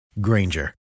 Granger